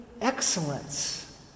excellence